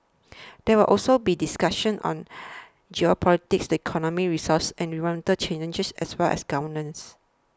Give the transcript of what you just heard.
there will also be discussions on geopolitics the economy resource and environmental challenges as well as governance